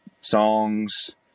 songs